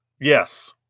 Yes